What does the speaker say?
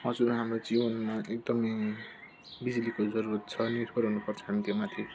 हजुर हाम्रो जीवनमा चाहिँ एकदम बिजुलीको जरुरत छ निर्भर हुनुपर्छ हामी त्यो माथि